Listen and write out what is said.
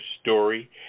story